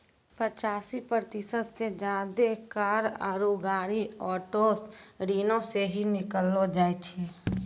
पचासी प्रतिशत से ज्यादे कार आरु गाड़ी ऑटो ऋणो से ही किनलो जाय छै